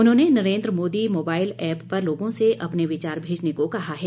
उन्होंने Narendra Modi mobile app पर लोगों से अपने विचार भेजने को कहा है